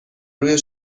روی